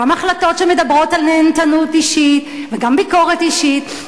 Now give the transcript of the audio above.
גם החלטות שמדברות על נהנתנות אישית וגם ביקורת אישית,